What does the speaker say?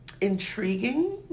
intriguing